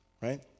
right